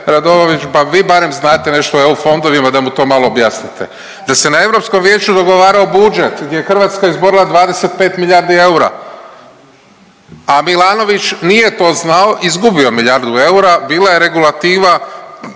pa vi barem znate nešto o EU fondovima da mu to malo objasnite, da se na Europskom vijeću dogovarao budžet gdje je Hrvatska izborila 25 milijardi eura, a Milanović nije to znao i izgubio milijardu eura, bila je regulativa